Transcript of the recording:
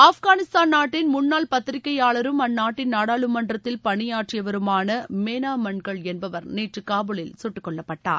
ஆப்கானிஸ்தான் நாட்டின் முன்னாள் பத்திரிகையாளரும் அந்நாட்டின் நாடாளுமன்றத்தில் பணியாற்றியவருமான மேனா மன்கள் என்பவர் நேற்று காபூலில் குட்டுக்கொல்லப்பட்டார்